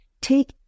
take